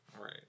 Right